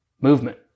movement